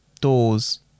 Doors